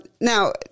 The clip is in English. Now